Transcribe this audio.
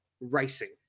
racing